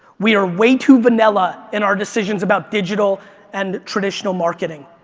we are way too vanilla in our decisions about digital and traditional marketing.